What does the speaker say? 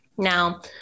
Now